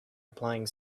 applying